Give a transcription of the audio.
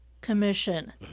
commission